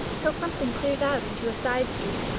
till something clears out into a side street,